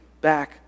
back